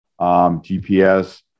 GPS